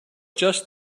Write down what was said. just